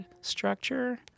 structure